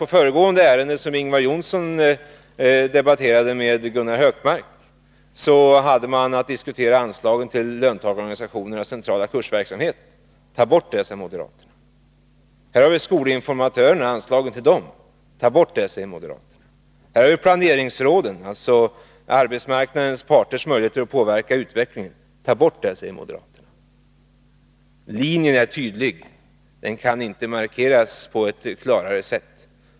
I föregående ärende, då Ingvar Johnsson debatterade med Gunnar Hökmark, hade vi att diskutera anslagen till löntagarorganisationernas centrala kursverksamhet. Tag bort dem, sade moderaterna. Sedan gällde det anslagen till skolinformatörerna. Tag bort dem, sade moderaterna. Nu är det fråga om planeringsråden, dvs. arbetsmarknadens parters möjligheter att påverka utvecklingen. Tag bort dem, säger moderaterna. Linjen är tydlig. Den kan inte markeras på ett klarare sätt.